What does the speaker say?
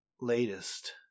latest